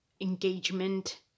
engagement